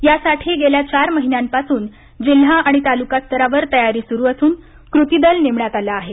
यासाठी गेल्या चार महिन्यांपासून जिल्हा आणि तालुका स्तरावर तयारी सुरु असून कृतीदल नेमण्यात आले आहेत